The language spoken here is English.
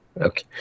Okay